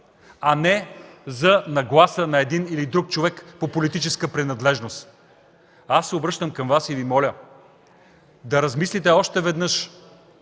а не за нагласа на един или друг човек по политическа принадлежност. Обръщам се към Вас и Ви моля да размислите още веднъж